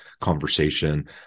conversation